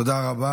תודה רבה.